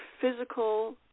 physical